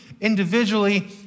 individually